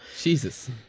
Jesus